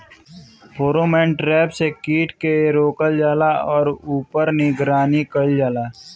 Pheromone trap से कीट के रोकल जाला और ऊपर निगरानी कइल जाला?